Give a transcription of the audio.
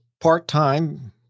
part-time